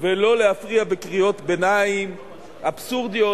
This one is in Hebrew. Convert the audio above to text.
ולא להפריע בקריאות ביניים אבסורדיות.